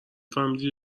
فهمیدی